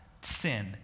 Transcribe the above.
sin